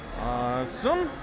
Awesome